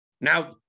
Now